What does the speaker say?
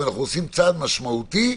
אם לא היה הפיזור הגיאוגרפי,